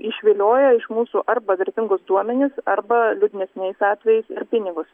išvilioja iš mūsų arba vertingus duomenis arba liūdnesniais atvejais ir pinigus